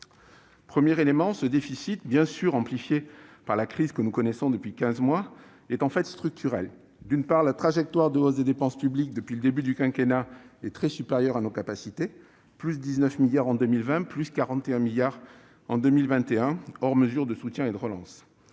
premier est que ce déficit, bien sûr amplifié par la crise que nous connaissons depuis quinze mois, est en fait structurel. D'une part, la trajectoire de hausse des dépenses publiques depuis le début du quinquennat est très supérieure à nos capacités- une augmentation de 19 milliards d'euros en 2020, et de 41 milliards d'euros en 2021, hors mesures de soutien et de relance.